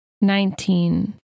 Nineteen